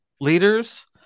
leaders